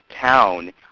town